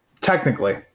technically